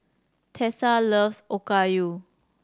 Tessa loves Okayu